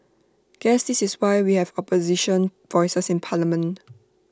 guess this is why we have opposition voices in parliament